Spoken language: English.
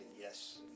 yes